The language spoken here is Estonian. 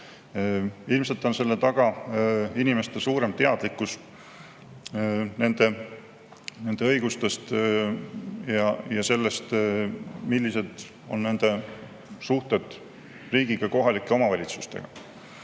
Ilmselt on selle taga inimeste suurem teadlikkus oma õigustest ja sellest, millised on nende suhted riigiga, kohalike omavalitsustega.